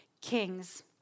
kings